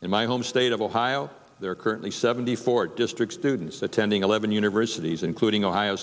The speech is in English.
in my home state of ohio there are currently seventy four district students attending eleven universities including ohio